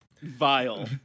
vile